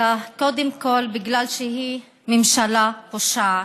אלא קודם כול כי היא ממשלה פושעת.